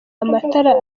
amatara